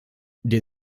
der